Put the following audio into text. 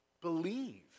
believe